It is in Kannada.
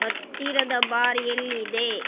ಹತ್ತಿರದ ಬಾರ್ ಎಲ್ಲಿದೆ